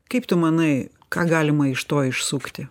kaip tu manai ką galima iš to išsisukti